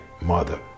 mother